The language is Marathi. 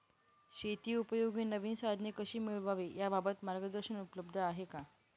शेतीउपयोगी नवीन साधने कशी मिळवावी याबाबत मार्गदर्शन उपलब्ध आहे का?